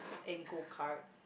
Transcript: and go kart